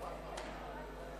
בבקשה.